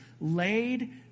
laid